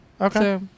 Okay